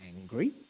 angry